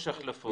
יש החלפות.